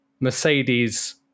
mercedes